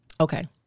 Okay